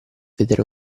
vedere